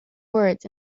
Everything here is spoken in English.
words